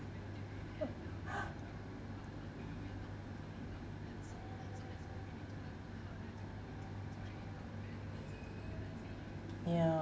ya